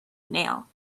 nail